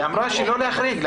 היא אמרה שלא להחריג.